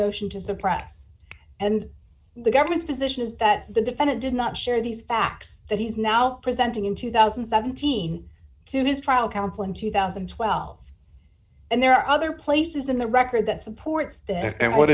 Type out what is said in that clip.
motion to suppress and the government's position is that the defendant did not share these facts that he's now presenting in two thousand and seventeen to his trial counsel in two thousand and twelve and there are other places in the record that supports this and what